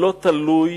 לא תלוי